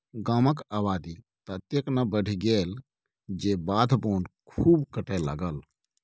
गामक आबादी ततेक ने बढ़ि गेल जे बाध बोन खूब कटय लागल